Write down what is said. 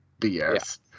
BS